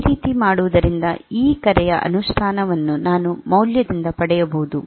ಈ ರೀತಿ ಮಾಡುವುದರಿಂದ ಈ ಕರೆಯ ಅನುಷ್ಠಾನವನ್ನು ನಾನು ಮೌಲ್ಯದಿಂದ ಪಡೆಯಬಹುದು